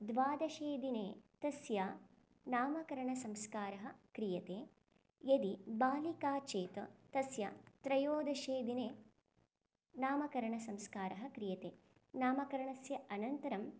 द्वादशे दिने तस्य नामकरणसंस्कारः क्रियते यदि बालिका चेत् तस्या त्रयोदशे दिने नामकरणसंस्कारः क्रियते नामकरणस्य अनन्तरं